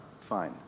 fine